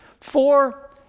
Four